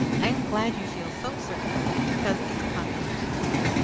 i am glad you feel so certain of it, because it's a confirmation to me.